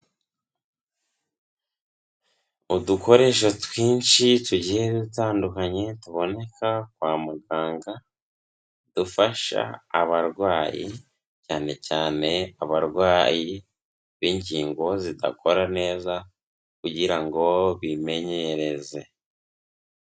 Udukoresho twinshi tugiye dutandukanye, tuboneka kwa muganga, dufasha abarwayi, cyane cyane abarwayi b'ingingo zidakora neza kugira ngo bimenyereze.